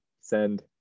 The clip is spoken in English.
send